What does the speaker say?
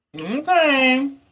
Okay